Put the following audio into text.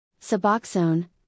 Suboxone